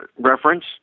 reference